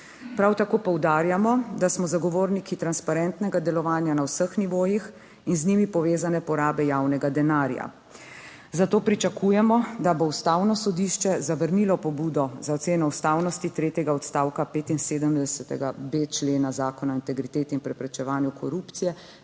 Prav tako poudarjamo, da smo zagovorniki transparentnega delovanja na vseh nivojih in z njimi povezane porabe javnega denarja. Zato pričakujemo, da bo Ustavno sodišče zavrnilo pobudo za oceno ustavnosti tretjega odstavka 75.b člena Zakona o integriteti in preprečevanju korupcije